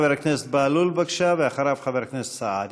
חבר הכנסת בהלול, בבקשה, ואחריו, חבר הכנסת סעדי.